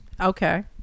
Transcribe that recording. Okay